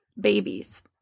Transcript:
babies